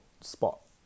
spot